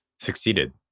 succeeded